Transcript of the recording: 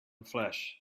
flesh